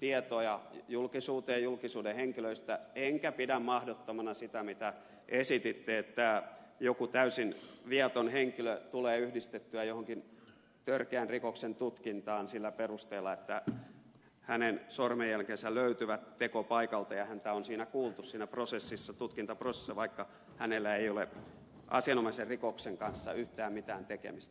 tietoja julkisuuteen julkisuuden henkilöistä enkä pidä mahdottomana sitä mitä esititte että joku täysin viaton henkilö tulee yhdistettyä jonkin törkeän rikoksen tutkintaan sillä perusteella että hänen sormenjälkensä löytyvät tekopaikalta ja häntä on siinä tutkintaprosessissa kuultu vaikka hänellä ei ole asianomaisen rikoksen kanssa yhtään mitään tekemistä